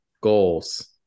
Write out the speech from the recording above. Goals